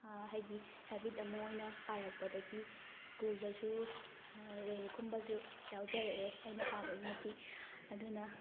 ꯑꯩꯒꯤ ꯍꯦꯕꯤꯠ ꯑꯃ ꯑꯣꯏꯅ ꯄꯥꯔꯛꯄꯗꯒꯤ ꯁ꯭ꯀꯨꯜꯗꯁꯨ ꯔꯦꯡꯀꯨꯝꯕꯁꯨ ꯌꯥꯎꯖꯔꯛꯑꯦ ꯑꯩꯅ ꯄꯥꯕꯒꯤ ꯃꯇꯤꯛ ꯑꯗꯨꯅ